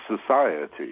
society